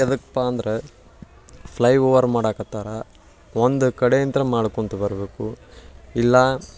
ಯಾದಕ್ಪ ಅಂದರೆ ಫ್ಲೈಓವರ್ ಮಾಡಕತ್ತಾರೆ ಒಂದು ಕಡೆಯಿಂದ ಮಾಡ್ಕೊಂತ ಬರಬೇಕು ಇಲ್ಲ